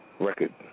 Record